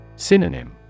Synonym